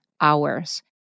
hours